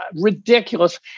ridiculous